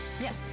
Yes